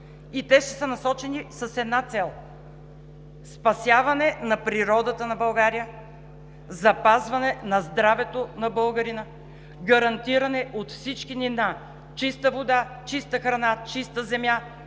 Те ще са насочени към една цел: спасяване на природата на България, запазване на здравето на българина, гарантиране от всички ни на чиста вода, чиста храна, чиста земя